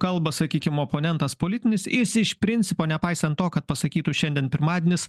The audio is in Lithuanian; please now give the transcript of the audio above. kalba sakykim oponentas politinis jis iš principo nepaisant to kad pasakytų šiandien pirmadienis